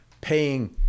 paying